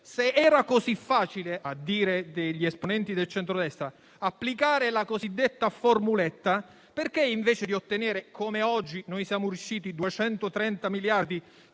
centrodestra, applicare la cosiddetta formuletta, perché, invece di ottenere - come oggi noi siamo riusciti - 230 miliardi,